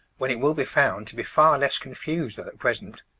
when it will be found to be far less confused than at present.